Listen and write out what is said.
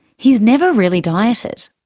he's never really dieted.